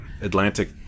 Atlantic